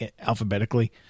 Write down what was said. alphabetically